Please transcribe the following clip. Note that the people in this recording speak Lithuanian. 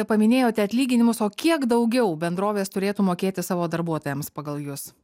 paminėjote atlyginimus o kiek daugiau bendrovės turėtų mokėti savo darbuotojams pagal jus